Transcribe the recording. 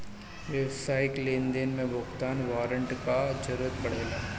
व्यावसायिक लेनदेन में भुगतान वारंट कअ जरुरत पड़ेला